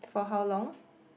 for how long